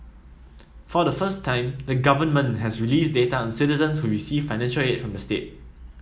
for the first time the government has released data on citizens who receive financial aid from the state